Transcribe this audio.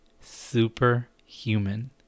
superhuman